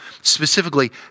specifically